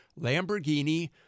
Lamborghini